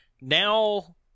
now